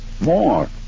More